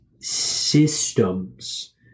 systems